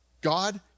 God